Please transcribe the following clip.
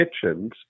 kitchens